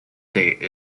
state